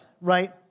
right